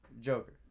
Joker